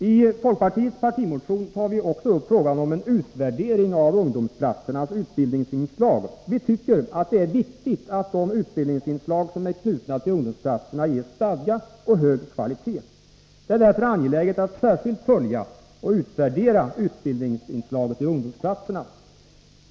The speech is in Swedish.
I folkpartiets partimotion tar vi också upp frågan om en utvärdering av ungdomsplatsernas utbildningsinslag. Vi tycker att det är viktigt att de utbildningsinslag som är knutna till ungdomsplatserna ges stadga och hög kvalitet. Det är därför angeläget att särskilt följa och utvärdera utbildningsinslaget i ungdomsplatserna.